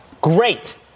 Great